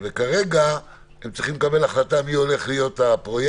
כרגע הם צריכים לקבל החלטה מי הולך להיות הפרויקטור,